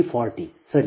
ಇದು V 40 ಸರಿ